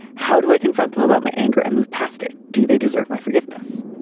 how do i confront them about my anger and move past it. do they deserve my forgiveness.